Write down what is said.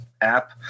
app